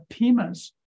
Pimas